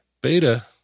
beta